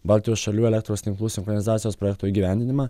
baltijos šalių elektros tinklų sinchronizacijos projekto įgyvendinimą